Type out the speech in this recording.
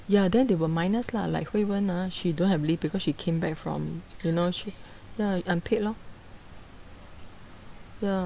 ya then they will minus lah like hui wen ah she don't have leave because she came back from you know she ya unpaid lor ya